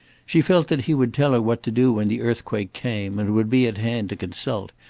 she felt that he would tell her what to do when the earthquake came, and would be at hand to consult,